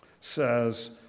says